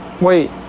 Wait